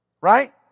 Right